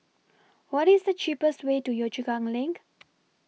What IS The cheapest Way to Yio Chu Kang LINK